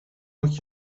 moet